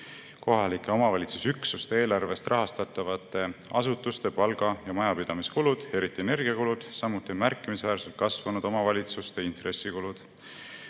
kohaliku omavalitsuse üksuste eelarvest rahastatavate asutuste palga- ja majapidamiskulud, eriti energiakulud, samuti on märkimisväärselt kasvanud omavalitsuste intressikulud.